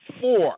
Four